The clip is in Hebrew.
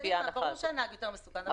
ברור שלנהג יותר מסוכן.